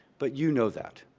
but you know that.